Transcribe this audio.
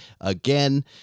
again